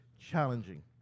challenging